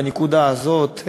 בנקודה הזאת,